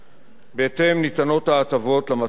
בהתאם, ניתנות ההטבות למטרות הבאות: